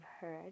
heard